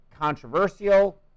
controversial